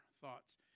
thoughts